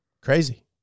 Crazy